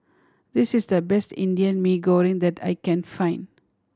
this is the best Indian Mee Goreng that I can find